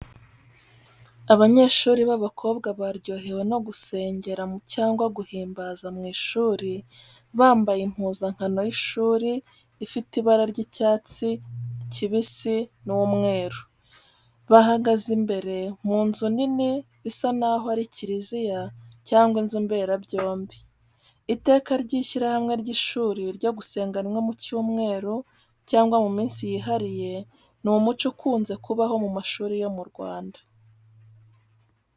Abanyeshuri b’abakobwa baryohewe no gusengeramo cyangwa guhimbaza mu ishuri, bambaye impuzanko y’ishuri ifite ibara ry’icyatsi n’umweru, bicaye imbere mu nzu nini bisa n’aho ari kiriziya, cyangwa inzu mberabyombi. iteka ry’ishyirahamwe ry’ishuri ryo gusenga rimwe mu cyumweru cyangwa mu minsi yihariye, ni umuco ukunze kubaho mu mashuri yo mu Rwanda.